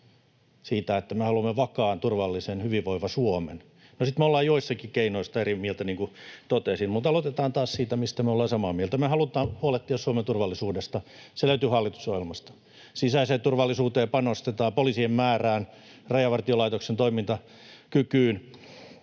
tästä, että me haluamme vakaan, turvallisen ja hyvinvoivan Suomen. No sitten me ollaan joistakin keinoista eri mieltä, niin kuin totesin. Mutta aloitetaan taas siitä, mistä me ollaan samaa mieltä. Me halutaan huolehtia Suomen turvallisuudesta. Se löytyy hallitusohjelmasta. Sisäiseen turvallisuuteen panostetaan, poliisien määrään, Rajavartiolaitoksen toimintakykyyn,